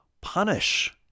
punish